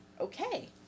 okay